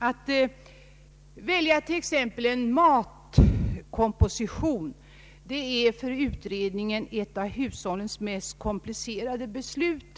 Att välja t.ex. en matkomposition är för utredningen ett av hushållens mest komplicerade beslut.